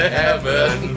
heaven